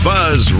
Buzz